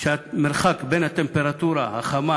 שבו המרחק בין הטמפרטורה החמה